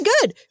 good